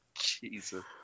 Jesus